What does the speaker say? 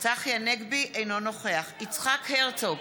אינו נוכח יצחק הרצוג,